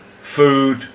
food